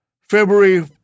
February